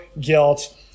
guilt